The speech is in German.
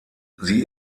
sie